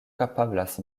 kapablas